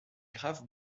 grave